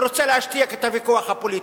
ורוצה להשתיק את הוויכוח הפוליטי.